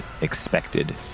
expected